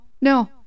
no